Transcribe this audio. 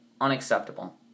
Unacceptable